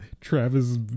Travis